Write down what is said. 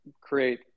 create